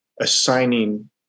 assigning